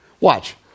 Watch